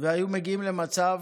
והיו מגיעים למצב